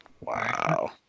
Wow